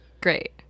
Great